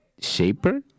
shaper